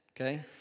okay